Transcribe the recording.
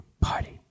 Party